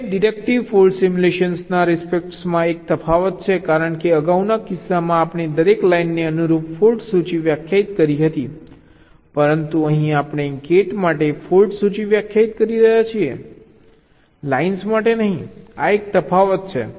હવે deductive fault સિમ્યુલેશનના રિસ્પેક્ટમાં એક તફાવત છે કારણ કે અગાઉના કિસ્સામાં આપણે દરેક લાઇનને અનુરૂપ ફોલ્ટ સૂચિ વ્યાખ્યાયિત કરી હતી પરંતુ અહીં આપણે ગેટ માટે ફોલ્ટ સૂચિ વ્યાખ્યાયિત કરી રહ્યા છીએ લાઇન્સ માટે નહીં આ એક તફાવત છે